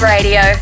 Radio